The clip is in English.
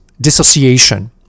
dissociation